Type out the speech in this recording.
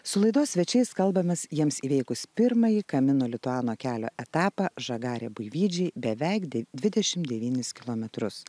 su laidos svečiais kalbamės jiems įveikus pirmąjį kamino lituano kelio etapą žagarė buivydžiai beveik dvidešimt devynis